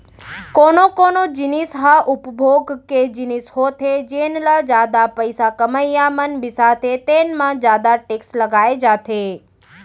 कोनो कोनो जिनिस ह उपभोग के जिनिस होथे जेन ल जादा पइसा कमइया मन बिसाथे तेन म जादा टेक्स लगाए जाथे